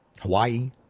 Hawaii